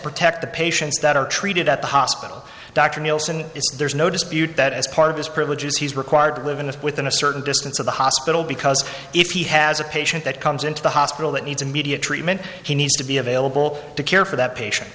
protect the patients that are treated at the hospital dr nielsen is there's no dispute that as part of his privileges he's required to live in a within a certain distance of the hospital because if he has a patient that comes into the hospital that needs immediate treatment he needs to be available to care for that patient